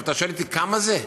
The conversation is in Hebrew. אתה שואל אותי כמה זה?